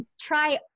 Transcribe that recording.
try